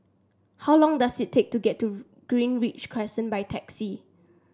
how long does it take to get to Greenridge Crescent by taxi